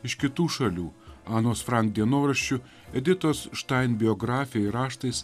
iš kitų šalių anos frank dienoraščių editos štain biografija ir raštais